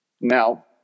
Now